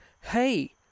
Hey